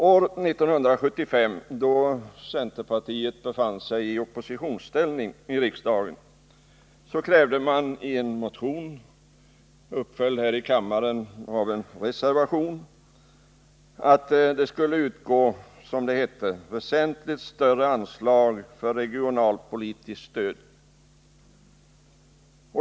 År 1975, då centern befann sig i oppositionsställning i riksdagen, krävde partiet i en motion, som följdes upp i en reservation, att det skulle utgå, som det hette, ”väsentligt större anslag för regionalpolitiskt stöd”.